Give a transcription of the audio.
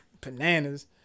Bananas